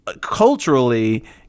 culturally